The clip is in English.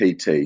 PT